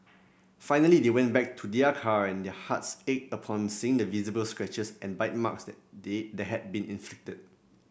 finally they went back to their car and their hearts ached upon seeing the visible scratches and bite marks that they the had been inflicted